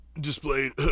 displayed